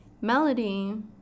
Melody